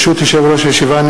ברשות יושב-ראש הישיבה,